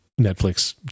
Netflix